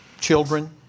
children